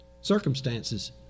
Circumstances